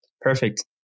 perfect